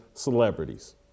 Celebrities